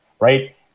Right